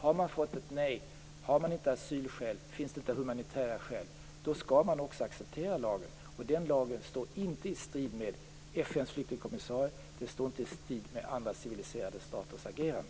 Har man fått ett nej, har man inte asylskäl och det inte finns humanitära skäl, skall man också acceptera lagen. Den lagen står inte i strid med FN:s flyktingkommissare. Den står inte i strid med andra civiliserade staters agerande.